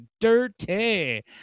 dirty